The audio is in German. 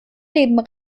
leben